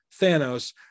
Thanos